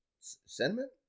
Cinnamon